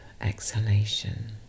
exhalation